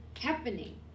happening